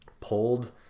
pulled